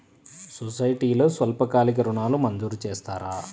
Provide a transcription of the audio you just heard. సొసైటీలో స్వల్పకాలిక ఋణాలు మంజూరు చేస్తారా?